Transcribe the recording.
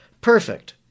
perfect